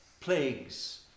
plagues